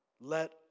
Let